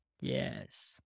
Yes